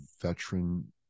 veteran